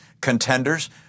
contenders